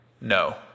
No